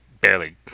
barely